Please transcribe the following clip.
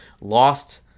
lost